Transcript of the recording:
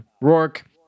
Rourke